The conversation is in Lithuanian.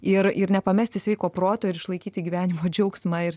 ir ir nepamesti sveiko proto ir išlaikyti gyvenimo džiaugsmą ir tikrai